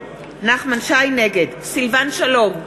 נגד סילבן שלום,